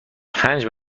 پنج